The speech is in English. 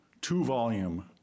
two-volume